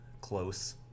close